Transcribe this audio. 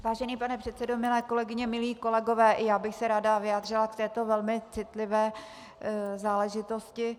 Vážený pane předsedo, milé kolegyně, milí kolegové, ráda bych se vyjádřila k této velmi citlivé záležitosti.